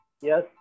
yes